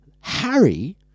Harry